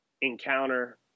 encounter